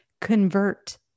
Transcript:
convert